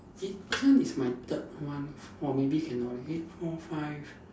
eh this one is my third one or maybe cannot leh eh four five